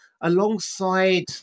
alongside